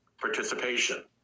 participation